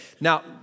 Now